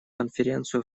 конференцию